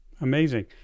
Amazing